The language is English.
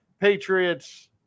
patriots